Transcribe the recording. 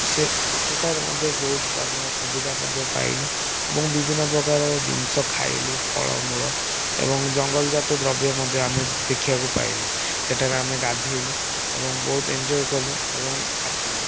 ସେ ସେଠାରେ ମଧ୍ୟ ବହୁତ ଆମେ ସୁବିଧା ମଧ୍ୟ ପାଇଲୁ ଏବଂ ବିଭିନ୍ନ ପ୍ରକାରର ଜିନିଷ ଖାଇଲୁ ଫଳମୂଳ ଏବଂ ଜଙ୍ଗଲ ଜାତଦ୍ରବ୍ୟ ମଧ୍ୟ ଆମେ ଦେଖିବାକୁ ପାଇଲୁ ସେଠାରେ ଆମେ ଗାଧେଇଲୁ ଏବଂ ବହୁତ ଏନ୍ଜୟ କଲୁ ଏବଂ ଆସିଲୁ